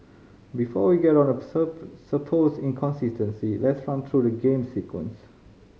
before we get on the supposed inconsistency let's run through the game's sequence